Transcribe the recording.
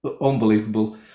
Unbelievable